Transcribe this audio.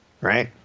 right